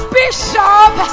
bishop